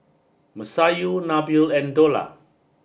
Masayu Nabil and Dollah